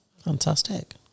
Fantastic